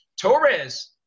Torres